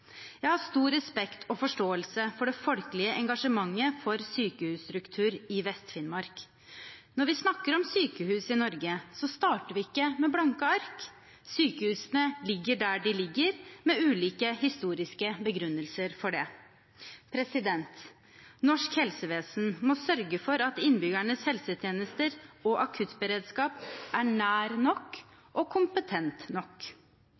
Jeg har stor respekt og forståelse for det folkelige engasjementet for sykehusstruktur i Vest-Finnmark. Når vi snakker om sykehus i Norge, starter vi ikke med blanke ark. Sykehusene ligger der de ligger, med ulike historiske begrunnelser for det. Norsk helsevesen må sørge for at innbyggernes helsetjenester og akuttberedskap er nær nok